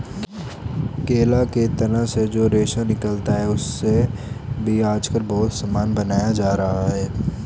केला के तना से जो रेशा निकलता है, उससे भी आजकल बहुत सामान बनाया जा रहा है